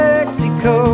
Mexico